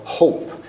hope